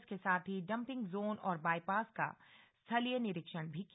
इसके साथ ही डंपिंग जोन और बाईपास का स्थलीय निरीक्षण किया